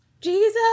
Jesus